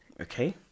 Okay